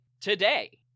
today